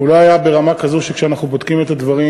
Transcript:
הוא לא היה ברמה כזו שכשאנחנו בודקים את הדברים